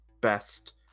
best